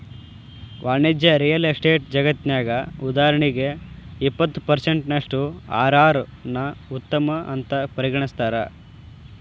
ವಾಣಿಜ್ಯ real estate ಜಗತ್ನ್ಯಗ, ಉದಾಹರಣಿಗೆ, ಇಪ್ಪತ್ತು ಪರ್ಸೆನ್ಟಿನಷ್ಟು ಅರ್.ಅರ್ ನ್ನ ಉತ್ತಮ ಅಂತ್ ಪರಿಗಣಿಸ್ತಾರ